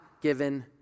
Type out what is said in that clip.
given